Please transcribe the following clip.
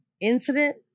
incident